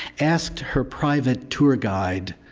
asked her private tour guide,